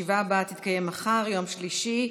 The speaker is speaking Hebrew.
הישיבה הבאה תתקיים מחר, יום שלישי,